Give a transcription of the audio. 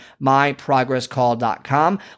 myprogresscall.com